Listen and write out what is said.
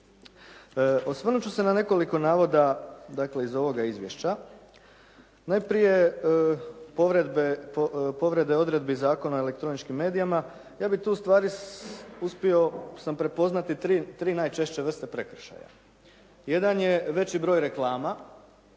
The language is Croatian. Osvrnut ću se na nekoliko navoda dakle iz ovoga izvješća. Najprije povrede odredbi Zakona o elektroničkim medijima. Ja bih tu u stvari uspio sam prepoznati tri najčešće vrste prekršaja. Jedan je veći broj reklama,